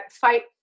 fight